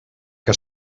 que